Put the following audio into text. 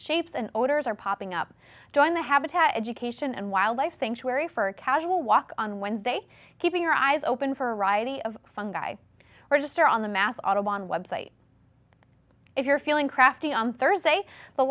shapes and orders are popping up during the habitat education and wildlife sanctuary for a casual walk on wednesday keeping your eyes open for writing of fun guy or sister on the mass autobahn website if you're feeling crafty on thursday the